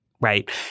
right